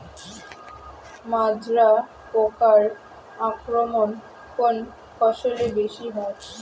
মাজরা পোকার আক্রমণ কোন ফসলে বেশি হয়?